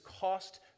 cost